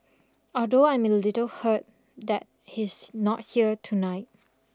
although I'm a little hurt that he's not here tonight